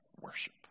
worship